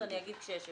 ואגיד כשיהיה הבדל.